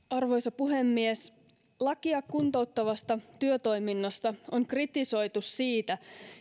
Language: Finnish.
arvoisa puhemies lakia kuntouttavasta työtoiminnasta on kritisoitu siitä